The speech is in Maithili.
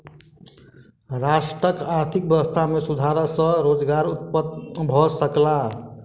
राष्ट्रक आर्थिक व्यवस्था में सुधार सॅ रोजगार उत्पन्न भ सकल